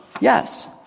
yes